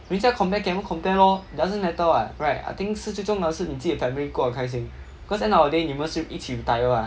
人家 compare 给他们 compare lor dosen't matter what right I think 是最重要是你自己的 family 过的开心 cause end of the day 你们是一起 retire mah